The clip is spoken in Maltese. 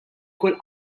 kull